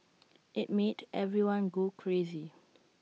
IT made everyone go crazy